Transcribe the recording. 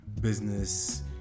business